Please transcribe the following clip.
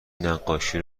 نقاشی